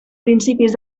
principis